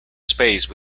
space